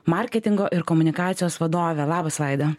marketingo ir komunikacijos vadovė labas vaida